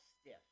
stiff